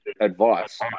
advice